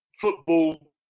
football